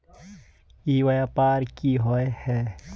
ई व्यापार की होय है?